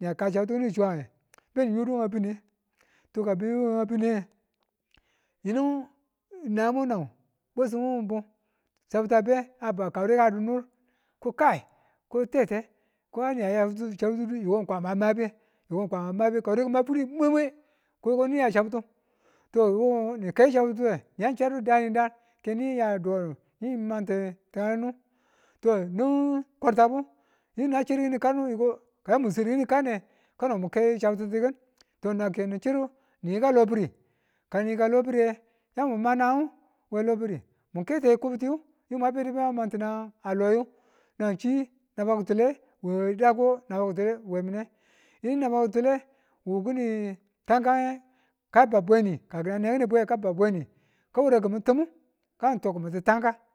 na ka chabtitu ki chuwan nge beni yodu weng bi̱ ne to kaniyo we nga bi̱ne yinu nayemo nau bwesim mum bu biu chattitu a be kawure a di̱mur ko kai ko tete a niya yawa chabti̱tu niko kwama mabe niko kwama mabe ka wule ki̱ma furru mwemwe koiko niya chabtu to koni kaiyu chabtituwe nina chadidanidan keye di nani manti tayandu. To nin twartabu yinu na chiru kanu ko kayamu swedu kini kande kano mukai chabtitu ki̱n nanyoni chiru kini kanu nichiru ni yika lobiriye ka niyika lobi̱riye yan muma nangang we lobi̱ri mu kete kubiti wu mwabedu bemwaman nanga a londu nanchi naba ki̱tule wedako naba ki̱tule ki̱made yinu naba ki̱tule wukini tankange ka bau bweni kanewe ki̱nibwe kawara ki̱min tịmu kanin tokimintu yanka